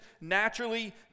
naturally